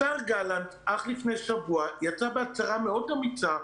השר גלנט אך לפני שבוע יצא בהצהרה אמיצה מאוד